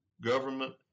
government